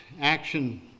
action